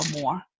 more